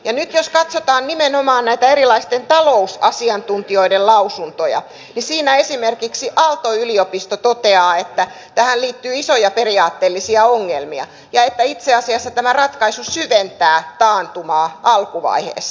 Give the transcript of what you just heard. nyt jos katsotaan nimenomaan näitä erilaisten talousasiantuntijoiden lausuntoja niin esimerkiksi aalto yliopisto toteaa että tähän liittyy isoja periaatteellisia ongelmia ja että itse asiassa tämä ratkaisu syventää taantumaa alkuvaiheessa